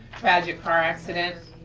tragic car accident,